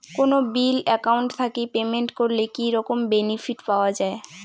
কোনো bill account থাকি payment করলে কি রকম বেনিফিট পাওয়া য়ায়?